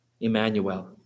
Emmanuel